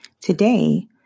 Today